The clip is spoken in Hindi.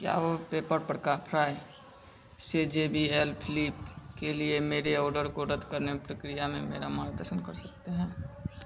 क्या आप पेपर परका फ्राइ से जे बी एल फ्लिप के लिए मेरे ऑर्डर को रद्द करने की प्रक्रिया में मेरा मार्गदर्शन कर सकते हैं